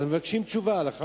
אז מבקשים תשובה, הלכה למעשה.